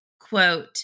quote